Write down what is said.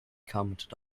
commented